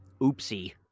oopsie